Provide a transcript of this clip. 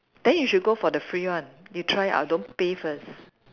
then you should go for the free one you try ah don't pay first